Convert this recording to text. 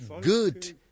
good